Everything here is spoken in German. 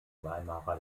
weimarer